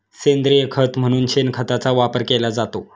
सेंद्रिय खत म्हणून शेणखताचा वापर केला जातो